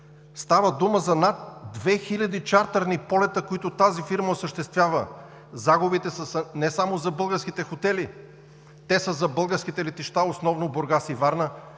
Става дума за над 2000 чартърни полета, които тази фирма осъществява. Загубите са не само за българските хотели, те са за българските летища – основно Бургас и Варна,